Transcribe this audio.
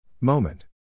Moment